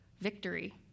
victory